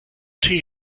tee